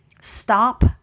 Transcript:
stop